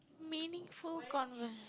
meaningful conver~